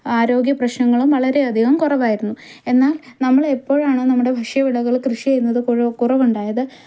ആരോഗ്യപ്രശ്നങ്ങളും വളരെയധികം കുറവായിരുന്നു എന്നാൽ നമ്മൾ എപ്പോഴാണോ നമ്മുടെ ഭക്ഷ്യവിളകൾ കൃഷിചെയ്യുന്നത് കുറവുണ്ടായത്